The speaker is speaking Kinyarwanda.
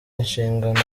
inshingano